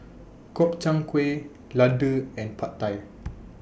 Gobchang Gui Ladoo and Pad Thai